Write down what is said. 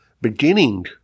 beginning